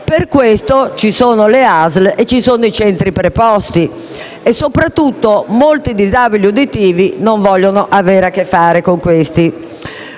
per questo ci sono le ASL ed i centri preposti e soprattutto molti disabili uditivi non vogliono avere a che fare con questi.